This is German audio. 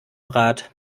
rat